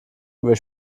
über